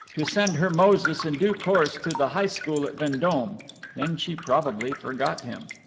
to send her moses in due course to the high school at vendome then she probably forgot him.